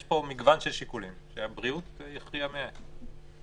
יש פה מגוון של שיקולים שמשרד הבריאות יכריע בהם.